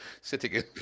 sitting